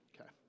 Okay